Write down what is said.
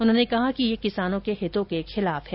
उन्होंने कहा कि ये किसानों के हितों के खिलाफ है